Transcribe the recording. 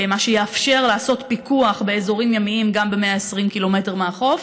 מה שיאפשר לעשות פיקוח באזורים ימיים גם ב-120 קילומטר מהחוף,